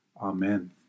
Amen